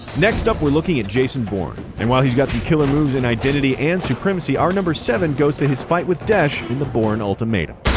next up we're looking at jason bourne. and while he's got some killer moves in identity and supremacy, our number seven goes to his fight with dash, in the bourne ultimatum.